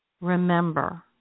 Remember